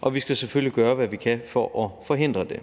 og vi skal selvfølgelig gøre, hvad vi kan for at forhindre det.